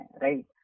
right